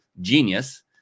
genius